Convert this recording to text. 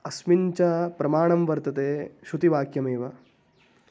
अस्मिन् च प्रमाणं वर्तते श्रुतिवाक्यमेव